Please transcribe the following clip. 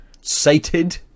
Sated